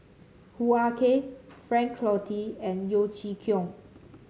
Hoo Ah Kay Frank Cloutier and Yeo Chee Kiong